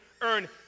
earn